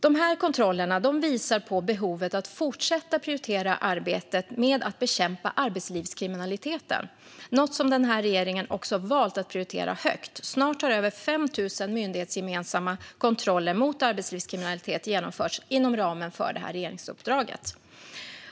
Dessa kontroller visar på behovet av att fortsätta prioritera arbetet med att bekämpa arbetslivskriminaliteten, något som den här regeringen också valt att prioritera högt. Snart har över 5 000 myndighetsgemensamma kontroller mot arbetslivskriminalitet genomförts inom ramen för detta regeringsuppdrag.